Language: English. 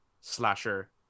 slasher